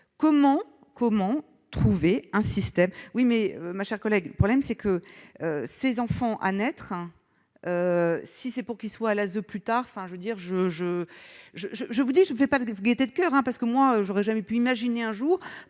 Comment trouver un système